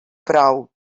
prou